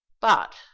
But